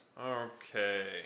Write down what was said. Okay